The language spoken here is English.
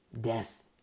Death